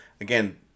again